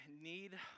need